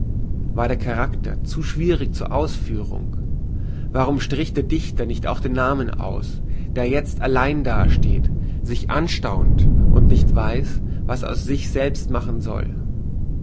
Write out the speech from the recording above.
war der karakter zu schwierig zur ausführung warum strich der dichter nicht auch den namen aus der jetzt allein dasteht sich anstaunt und nicht weiß was er aus sich selbst machen soll